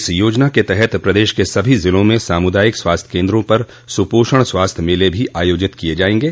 इस योजना के तहत प्रदेश के सभी जिलों में सामुदायिक स्वास्थ्य केन्द्रों पर सुपोषण स्वास्थ्य मेले भी आयोजित किये जायेंगे